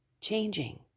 changing